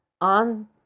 on